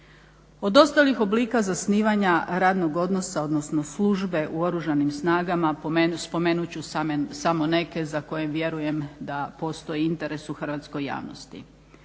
Od ostalih oblika zasnivanja radnog odnosa, odnosno službe u oružanim snagama spomenut ću samo neke za koje vjerujem da postoji interes u hrvatskoj javnosti.